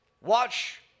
Watch